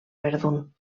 verdun